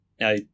Now